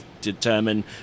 determine